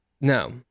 No